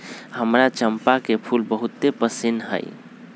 हमरा चंपा के फूल बहुते पसिन्न हइ